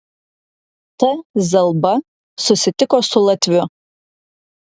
t zelba susitiko su latviu